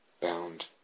Bound